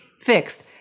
fixed